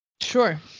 Sure